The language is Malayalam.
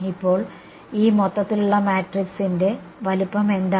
അപ്പോൾ ഈ മൊത്തത്തിലുള്ള മാട്രികസിന്റെ വലുപ്പം എന്താണ്